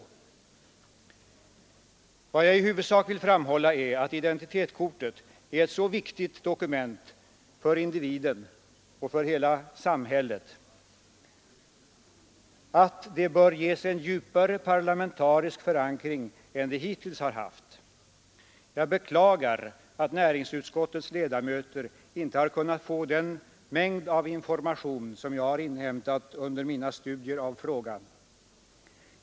Vad jag i huvudsak vill framhålla är att identitetskortet är ett så viktigt dokument för individen och för hela samhället att det bör ges en djupare parlamentarisk förankring än det hittills har haft. Jag beklagar att näringsutskottets ledamöter inte har kunnat få den mängd av information som jag har inhämtat under mina studier av frågan.